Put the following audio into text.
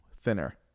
thinner